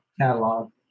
catalog